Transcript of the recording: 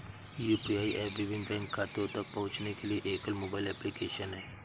UPI app विभिन्न bank खातों तक पहुँचने के लिए एकल मोबाइल एप्लिकेशन है